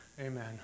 Amen